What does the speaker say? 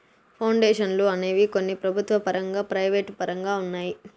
పౌండేషన్లు అనేవి కొన్ని ప్రభుత్వ పరంగా ప్రైవేటు పరంగా ఉన్నాయి